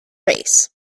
race